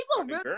people